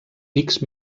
pics